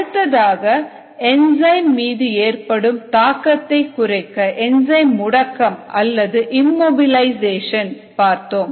அடுத்ததாக என்சைம் மீது ஏற்படும் தாக்கத்தை குறைக்க என்சைம் முடக்கம் அல்லது இம்மோபிலைசேஷன் பார்த்தோம்